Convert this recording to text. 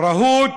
הוא רהוט